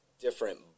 different